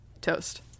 toast